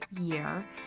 year